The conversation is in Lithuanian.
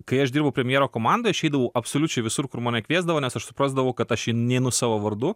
kai aš dirbau premjero komandoj aš eidavau absoliučiai visur kur mane kviesdavo nes aš suprasdavau kad aš neeinu savo vardu